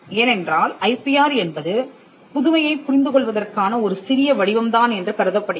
ஏனென்றால் ஐபிஆர் என்பது புதுமையைப் புரிந்துகொள்வதற்கான ஒரு சிறிய வடிவம்தான் என்று கருதப்படுகிறது